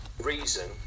reason